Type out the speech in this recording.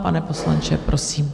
Pane poslanče, prosím.